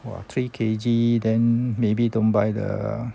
!wah! three K_G then maybe don't buy the